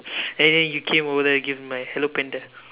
and then you came over to give my hello panda